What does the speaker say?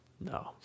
No